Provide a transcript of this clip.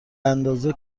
اندازه